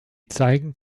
zeigen